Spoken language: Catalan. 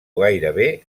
gairebé